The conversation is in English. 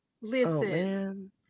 listen